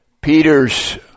Peter's